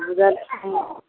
बुझलखिन